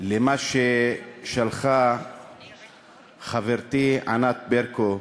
מה שעשתה חברתי ענת ברקו,